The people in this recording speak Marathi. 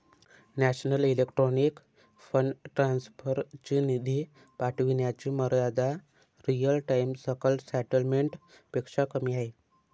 नॅशनल इलेक्ट्रॉनिक फंड ट्रान्सफर ची निधी पाठविण्याची मर्यादा रिअल टाइम सकल सेटलमेंट पेक्षा कमी आहे